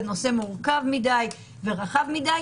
זה נושא מורכב מדי ורחב מדי,